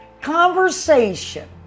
conversation